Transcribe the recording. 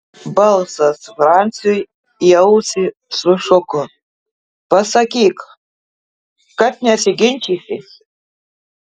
balsas franciui į ausį sušuko pasakyk kad nesiginčysi